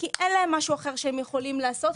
כי אין להם משהו אחר שהם יכולים לעשות.